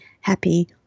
happy